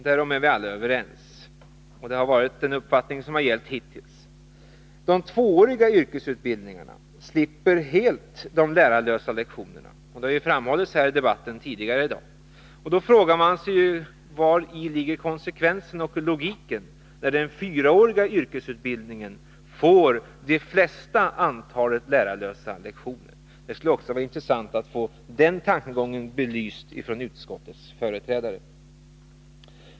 Den uppfattningen har gällt hittills, och därom har vi alla varit överens. De tvååriga yrkesutbildningarna slipper helt de lärarlösa lektionerna — det har framhållits tidigare under debatten här i dag. Vari ligger konsekvensen och logiken, när den fyraåriga yrkesutbildningen får det största antalet lärarlösa lektioner? Det skulle vara intressant att få också den tankegången belyst av utskottets företrädare.